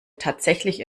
tatsächlich